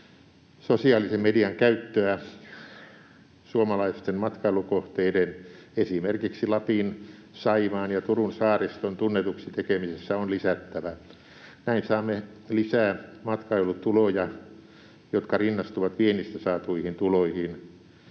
Sosiaalisen median käyttöä suomalaisten matkailukohteiden, esimerkiksi Lapin, Saimaan ja Turun saariston, tunnetuksi tekemisessä on lisättävä. Näin saamme lisää matkailutuloja, jotka rinnastuvat viennistä saatuihin tuloihin.